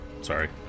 Sorry